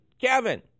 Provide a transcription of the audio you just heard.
Kevin